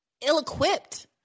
ill-equipped